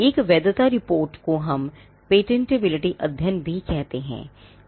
एक वैधता रिपोर्ट को हम पेटेंटबिलिटी अध्ययन भी कहते हैं